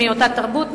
הם מאותה תרבות,